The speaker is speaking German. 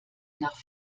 nach